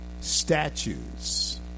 statues